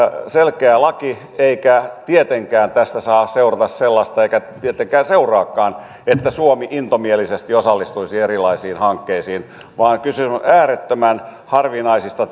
selkeä laki eikä tietenkään tästä saa seurata sellaista eikä tietenkään seuraakaan että suomi intomielisesti osallistuisi erilaisiin hankkeisiin vaan kyse on äärettömän harvinaisista